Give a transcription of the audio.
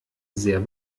sehr